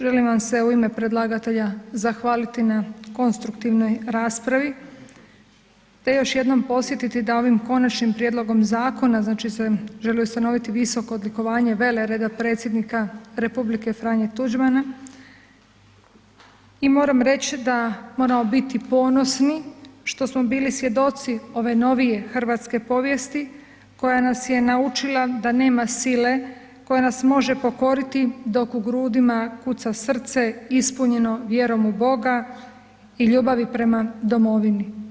Želim vam se u ime predlagatelja zahvaliti na konstruktivnoj raspravi te još jednom podsjetiti da ovim konačnim prijedlogom zakona znači se želi ustanoviti visoko odlikovanje velereda Predsjednika Republike F. Tuđmana i moram reći da moramo biti ponosni što smo bili svjedoci ove novije hrvatske povijesti koja nas je naučila da nema sile koja nas može pokoriti dok u grudima kuca srce ispunjeno vjerom u Boga i ljubavi prema domovini.